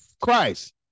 Christ